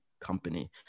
company